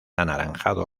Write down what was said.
anaranjado